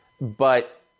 but-